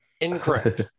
Incorrect